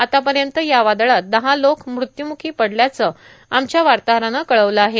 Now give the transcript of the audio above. आतापर्यंत या वादळात दहा लोक मृत्युमुखी पडल्याचं आमच्या वार्ताहरानं कळवलं आहे